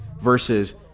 Versus